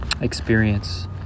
experience